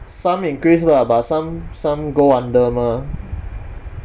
some increase lah but some some go under mah